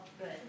good